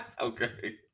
okay